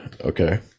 Okay